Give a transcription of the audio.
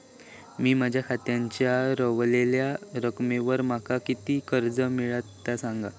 मी माझ्या खात्याच्या ऱ्हवलेल्या रकमेवर माका किती कर्ज मिळात ता सांगा?